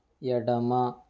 ఎడమ